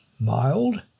Mild